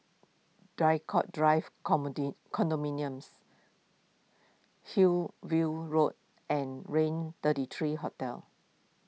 Draycott Drive comedy Condominiums Hillview Road and Raintr thirty three Hotel